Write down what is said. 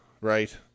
right